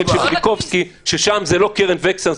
של מיליקובסקי ששם זה לא קרן וקסנר,